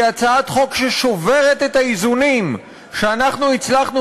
היא הצעת חוק ששוברת את האיזונים שאנחנו הצלחנו